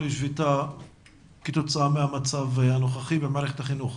שביתה כתוצאה מהמצב הנוכחי במערכת החינוך.